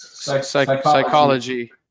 psychology